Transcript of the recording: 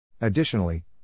Additionally